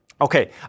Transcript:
Okay